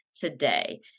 today